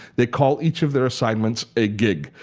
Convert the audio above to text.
they call each of their assignments a gig.